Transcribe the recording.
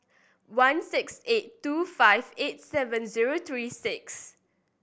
one six eight two five eight seven zero three six